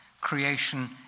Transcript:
creation